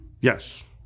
Yes